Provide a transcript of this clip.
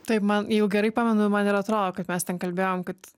taip man jeigu gerai pamenu man ir atrodo kad mes ten kalbėjom kad